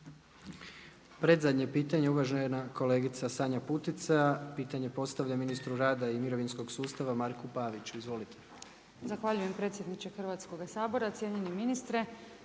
Predzadnje pitanje, uvažena kolegica Sanja Putica pitanje postavlja ministru rada i mirovinskog sustava Marku Paviću. Izvolite.